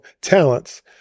talents